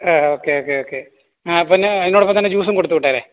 okay okay okay ആ പിന്നെ അതിനോടൊപ്പം തന്നെ ജ്യൂസും കൊടുത്തുവിട്ടേര്